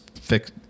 fix